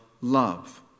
love